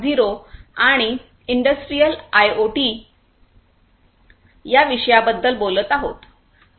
0 आणि industrial IoT या विषयाबद्दल बोलत आहोत